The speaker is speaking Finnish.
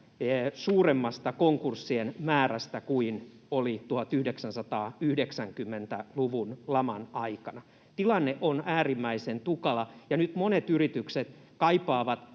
suuremmasta konkurssien määrästä kuin oli 1990-luvun laman aikana. Tilanne on äärimmäisen tukala, ja nyt monet yritykset kaipaavat